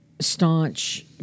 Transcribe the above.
Staunch